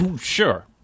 Sure